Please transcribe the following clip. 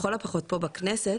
לכל הפחות פה, בכנסת